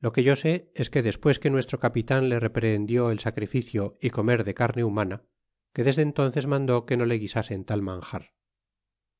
lo que yo sé es que desque nuestro capitan le reprehendi el sacrificio y comer de carne humana que desde entónces mandó que no le guisasen tal manjar